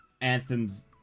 Anthem's